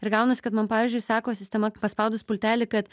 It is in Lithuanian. ir gaunasi kad man pavyzdžiui sako sistema paspaudus pultelį kad